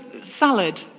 salad